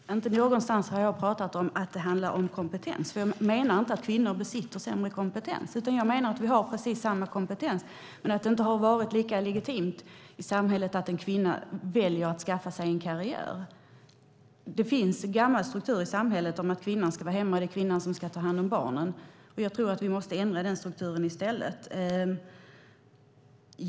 Herr talman! Inte någonstans har jag pratat om att det skulle handla om kompetens. Jag menar inte att kvinnor besitter sämre kompetens. Vi har precis samma kompetens, men det har inte varit lika legitimt i samhället att en kvinna väljer att skaffa sig en karriär. Det finns gamla strukturer i samhället som innebär att kvinnan ska vara hemma och ta hand om barnen. Jag tror att vi måste ändra den strukturen i stället.